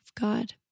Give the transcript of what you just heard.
God